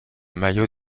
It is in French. maillots